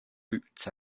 boots